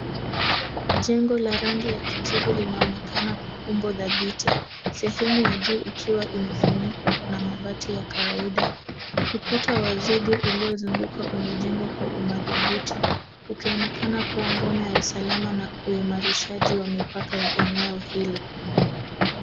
Jengo la rangi ya kijivu linaonekana kwa umbo thabiti. Sehemu ya juu ikiwa imefunikwa na mabati ya kawaida. Ukuta wa zege uliozunguka umejengwa kwa umathubuti. Ukionekana kuwa ngome ya usalama na uimarishaji wa mipaka ya eneo hilo.